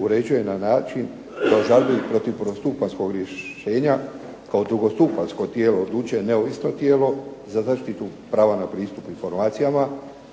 uređuje na način da žalbe protiv prvostupanjskog rješenja kao drugostupanjsko tijelo odluče neovisno tijelo za zaštitu prava na pristup informacijama,